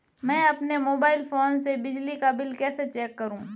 मैं अपने mobile phone से बिजली का बिल कैसे चेक करूं?